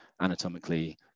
anatomically